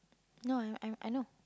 no I'm I I know